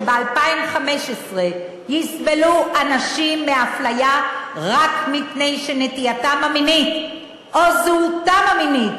שב-2015 יסבלו אנשים מאפליה רק מפני שנטייתם המינית או זהותם המינית